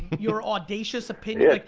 your audacious opinion. like